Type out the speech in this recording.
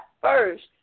first